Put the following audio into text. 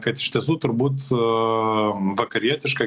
kad iš tiesų turbūt vakarietiška